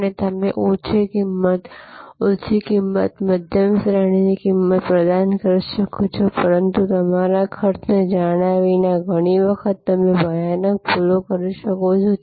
અને તમે ઓછી કિંમત ઊંચી કિંમત મધ્યમ શ્રેણીની કિંમત પ્રદાન કરી શકો છો પરંતુ તમારા ખર્ચને જાણ્યા વિના ઘણી વખત તમે ભયાનક ભૂલો કરી શકો છો